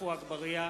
עפו אגבאריה,